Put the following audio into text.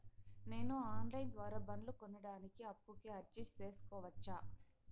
నేను online ద్వారా బండ్లు కొనడానికి అప్పుకి అర్జీ సేసుకోవచ్చా?